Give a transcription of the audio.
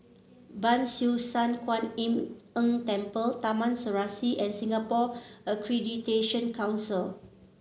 Ban Siew San Kuan Im Tng Temple Taman Serasi and Singapore Accreditation Council